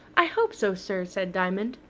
i hope so, sir, said diamond.